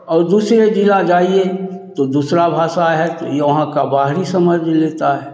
और दूसरे ज़िला जाइए तो दूसरा भाषा है तो योंहाँ का बाहरी समझ लेता है